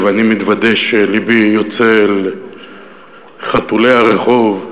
ואני מתוודה שלבי יוצא אל חתולי הרחוב.